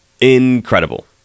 incredible